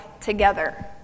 together